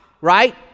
Right